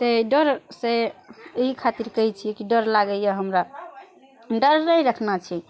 ताहि डर से एहि खातिर कहै छियै कि डर लागैया हमरा डर नहि रखना छै